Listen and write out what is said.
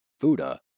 Fuda